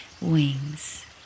wings